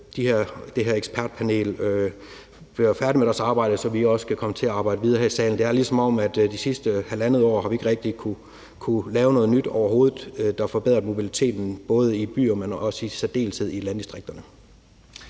det her ekspertpanel bliver færdig med sit arbejde, så vi også kan komme til at arbejde videre her i salen. Det er, som om vi det sidste halvandet år ikke rigtigt har kunnet lave noget nyt overhovedet, der forbedrer mobiliteten både i byerne, men i særdeleshed også i landdistrikterne.